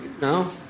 No